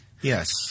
Yes